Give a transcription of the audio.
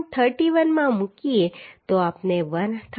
31 માં મૂકીએ તો આપણે 1061